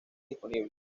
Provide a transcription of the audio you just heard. disponibles